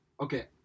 okay